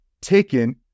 taken